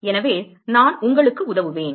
எனவே நான் உங்களுக்கு உதவுவேன்